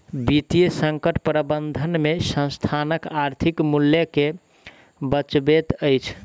वित्तीय संकट प्रबंधन में संस्थानक आर्थिक मूल्य के बचबैत अछि